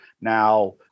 Now